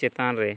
ᱪᱮᱛᱟᱱ ᱨᱮ